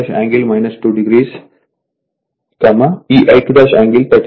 V2 angle 2o ఈ I2యాంగిల్ 36